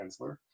Kensler